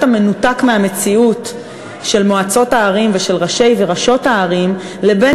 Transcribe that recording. המנותק מהמציאות של מועצות הערים ושל ראשי וראשות הערים לבין